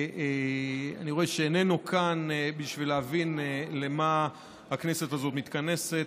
אני רואה שאיננו כאן בשביל להבין למה הכנסת הזאת מתכנסת.